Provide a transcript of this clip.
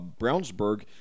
Brownsburg